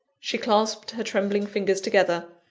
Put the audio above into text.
she clasped her trembling fingers together,